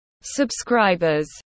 subscribers